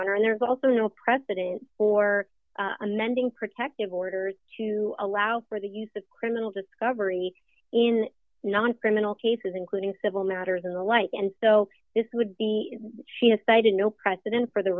honor and there's also no precedent for amending protective orders to allow for the use the criminal discovery in not criminal cases including civil matters in the light and so this would be she has cited no precedent for the